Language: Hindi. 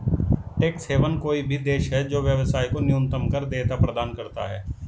टैक्स हेवन कोई भी देश है जो व्यवसाय को न्यूनतम कर देयता प्रदान करता है